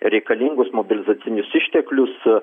reikalingus mobilizacinius išteklius